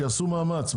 שיעשו מאמץ,